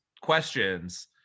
questions